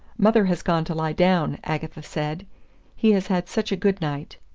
mother has gone to lie down, agatha said he has had such a good night.